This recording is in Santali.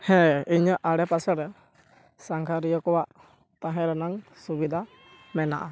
ᱦᱮᱸ ᱤᱧᱟᱹᱜ ᱟᱰᱮ ᱯᱟᱥᱮ ᱨᱮ ᱥᱟᱸᱜᱷᱟᱨᱤᱭᱟᱹ ᱠᱚᱣᱟᱜ ᱛᱟᱦᱮᱸ ᱨᱮᱱᱟᱝ ᱥᱩᱵᱤᱫᱷᱟ ᱢᱮᱱᱟᱜᱼᱟ